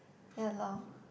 ya loh